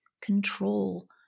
control